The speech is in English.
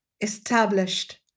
established